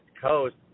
coast